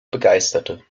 begeisterte